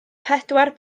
pedwar